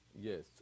Yes